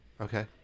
okay